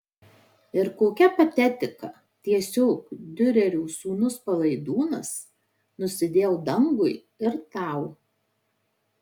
ir kokia patetika tiesiog diurerio sūnus palaidūnas nusidėjau dangui ir tau